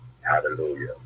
Hallelujah